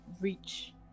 reach